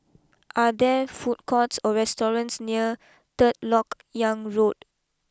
are there food courts or restaurants near third Lok Yang Road